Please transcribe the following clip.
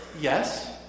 Yes